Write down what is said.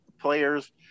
players